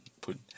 put